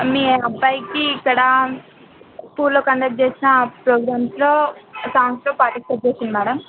మీ అబ్బాయికి ఇక్కడ స్కూల్లో కండక్ట్ చేసిన ప్రోగ్రామ్స్లో సాంగ్స్లో పార్టిసిపేట్ చేశాడు మేడం